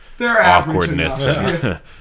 awkwardness